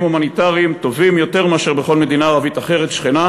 הומניטריים טובים יותר מאשר בכל מדינה ערבית אחרת שכנה,